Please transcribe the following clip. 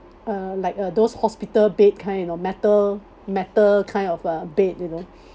uh like uh those hospital bed kind of metal metal kind of uh bed you know